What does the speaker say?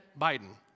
Biden